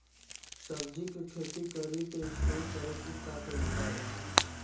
सब्जी के खेती करी त स्टोर करे के का तरीका बा?